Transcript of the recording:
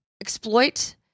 exploit